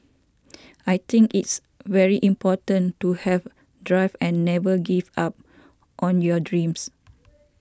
I think it's very important to have drive and never give up on your dreams